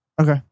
Okay